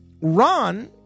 Ron